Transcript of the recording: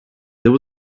there